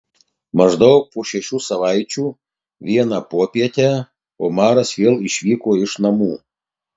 maždaug po šešių savaičių vieną popietę omaras vėl išvyko iš namų